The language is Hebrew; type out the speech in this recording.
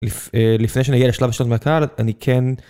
לפני שאני אגיע לשלב השאלות מהקהל, אני כן...